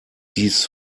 dies